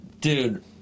Dude